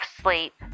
sleep